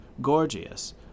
Gorgias